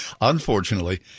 unfortunately